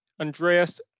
Andreas